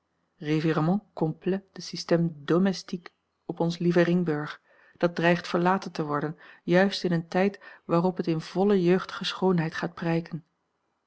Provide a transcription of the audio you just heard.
revirement complet de système domestique op ons lieve ringburg dat dreigt verlaten te worden juist in een tijd waarop het in volle jeugdige schoonheid gaat prijken